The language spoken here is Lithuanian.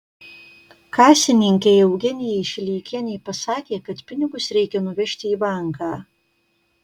kasininkei eugenijai šileikienei pasakė kad pinigus reikia nuvežti į banką